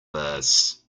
this